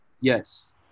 Yes